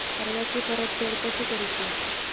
कर्जाची परतफेड कशी करुची?